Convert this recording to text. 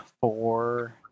four